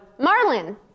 Marlin